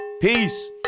Peace